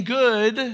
good